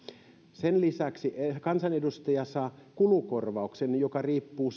sen lisäksi kansanedustaja saa kulukorvauksen joka riippuu